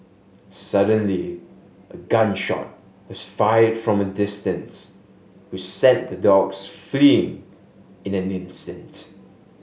suddenly a gun shot was fired from a distance which sent the dogs fleeing in an instant